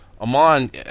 Amon